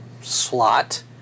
slot